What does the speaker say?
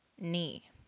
knee